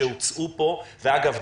אגב,